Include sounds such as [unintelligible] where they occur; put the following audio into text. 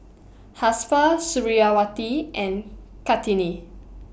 [unintelligible] Suriawati and Kartini